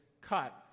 cut